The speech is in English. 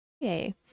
yay